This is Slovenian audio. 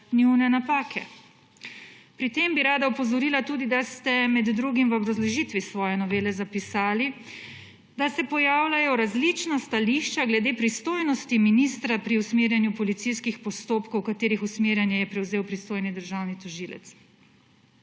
njune napake? Pri tem bi rada opozorila tudi, da ste med drugim v obrazložitvi svoje novele zapisali, da se pojavljajo različna stališča glede pristojnosti ministra pri usmerjanju policijskih postopkov, katerih usmerjanje je prevzel pristojni državni tožilec.